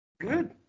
Good